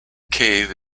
cave